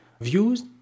views